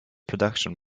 production